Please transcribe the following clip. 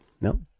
no